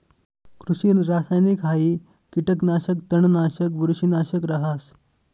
कृषि रासायनिकहाई कीटकनाशक, तणनाशक, बुरशीनाशक रहास